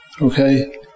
Okay